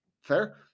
Fair